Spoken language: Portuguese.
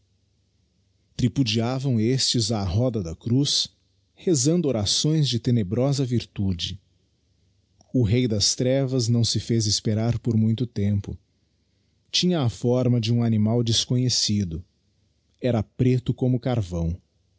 tripudiavam estes á roda da cruz rezando orações de tenebrosa virtude o rei das trevas não se fez esperar por muito tempo tinha a forma de um animal desconhecido era preto como carvão